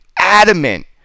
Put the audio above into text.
adamant